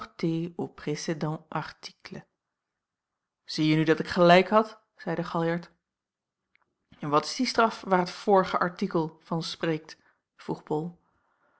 zieje nu dat ik gelijk had zeide aljart n wat is die straf waar het vorige artikel van spreekt vroeg bol